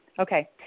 Okay